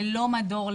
ללא מדור,